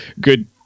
good